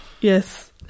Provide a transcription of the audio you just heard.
Yes